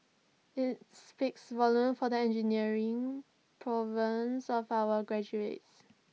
IT speaks volumes for the engineering prowess of our graduates